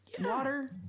water